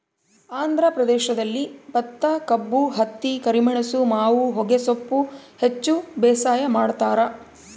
ಆಂಧ್ರ ಪ್ರದೇಶದಲ್ಲಿ ಭತ್ತಕಬ್ಬು ಹತ್ತಿ ಕರಿಮೆಣಸು ಮಾವು ಹೊಗೆಸೊಪ್ಪು ಹೆಚ್ಚು ಬೇಸಾಯ ಮಾಡ್ತಾರ